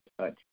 touch